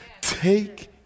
Take